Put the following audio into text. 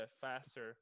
faster